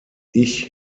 ich